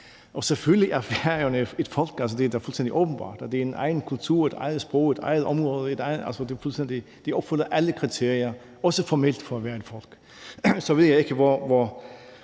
Og selvfølgelig er færingerne et folk; det er da fuldstændig åbenlyst. Vi har vores egen kultur, sprog og vores eget område. Vi opfylder alle kriterier – også formelt – for at være et folk. Så ved jeg ikke,